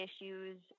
issues